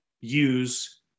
use